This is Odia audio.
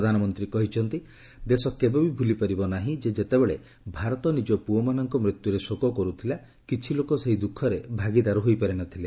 ପ୍ରଧାନମନ୍ତ୍ରୀ କହିଛନ୍ତି ଯେ ଦେଶ କେବେ ବି ଭୁଲିପାରିବ ନାହିଁ ଯେ ଯେତେବେଳେ ଭାରତ ନିଜ ପୁଅମାନଙ୍କ ମୃତ୍ୟୁରେ ଶୋକ କରୁଥିଲା କିଛି ଲୋକ ସେହି ଦୁଃଖରେ ଭାଗିଦାର ହୋଇପାରିନଥିଲେ